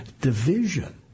division